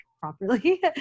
Properly